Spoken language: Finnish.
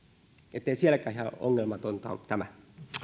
ettei sielläkään ihan ongelmatonta ole tämä